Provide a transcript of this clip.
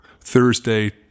Thursday